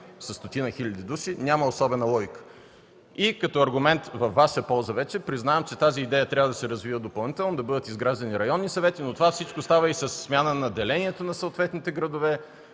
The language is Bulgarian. със стотина хиляди души, няма особена логика. Като аргумент, във Ваша полза вече, признавам, че тази идея трябва да се развива допълнително – да бъдат изграждани районни съвети, но това всичко става и със смяна на делението на съответните градове,